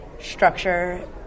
Structure